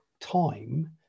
time